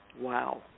Wow